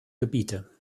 gebiete